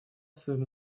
своем